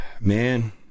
man